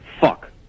Fuck